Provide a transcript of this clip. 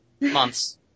Months